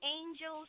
angels